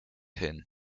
hin